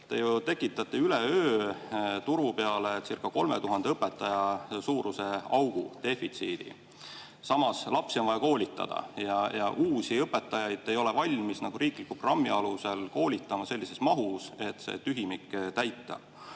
Te tekitate üleöö turu pealecirca3000 õpetaja suuruse augu, defitsiidi. Samas, lapsi on vaja koolitada. Ja uusi õpetajaid te ei ole valmis riikliku programmi alusel koolitama sellises mahus, et see tühimik täita.